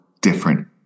different